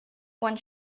one